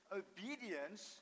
obedience